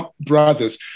Brothers